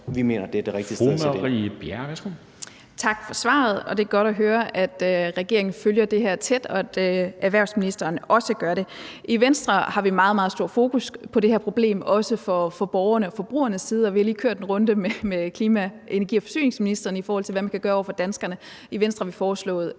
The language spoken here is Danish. Marie Bjerre (V): Tak for svaret. Det er godt at høre, at regeringen følger det her tæt, og at erhvervsministeren også gør det. I Venstre har vi meget, meget stort fokus på det her problem, og ser det også fra borgerne og forbrugernes side, og vi har lige kørt en runde med klima-, energi- og forsyningsministeren, i forhold til hvad man kan gøre over for danskerne. I Venstre har vi foreslået